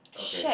okay